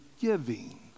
giving